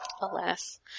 Alas